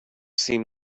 seem